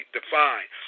define